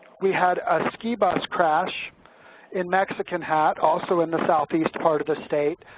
we had a ski bus crash in mexican hat, also in the southeast part of the state,